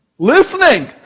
Listening